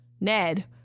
Ned